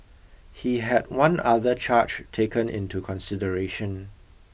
he had one other charge taken into consideration